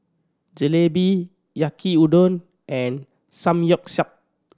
Jalebi Yaki Udon and Samgyeopsal